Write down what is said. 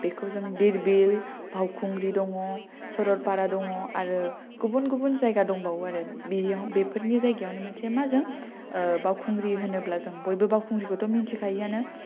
बेखौ जों धीर बिल बावखुंग्रि दङ' सरलपारा दङ' आरो गुबुन गुबुन जायगा दंबावो आरो बियो बेफोरनि जायगायावनो मोनसे मा जों ओ बावखुंग्रि होनोब्ला जों बयबो बावखुंग्रिखौ मिथिखायोआनो